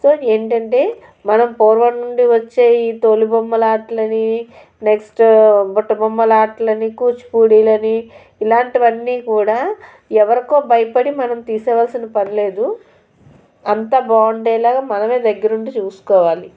so ఏంటంటే మనం పూర్వం నుండి వచ్చే ఈ తోలుబొమ్మలాటలని నెక్స్ట్ బుట్టబొమ్మలాటలని కూచిపూడిలని ఇలాంటివన్నీ కూడా ఎవరికో భయపడి మనం తీసేయవలసిన పనిలేదు అంత బాగుండే లాగా మనమే దగ్గర ఉండి చూసుకోవాలి